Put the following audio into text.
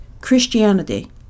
Christianity